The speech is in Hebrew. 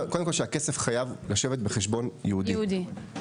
שהכסף חייב לשבת בחשבון ייעודי,